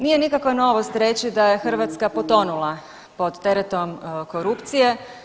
Nije nikakva novost reći da je Hrvatska potonula pod teretom korupcije.